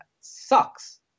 Sucks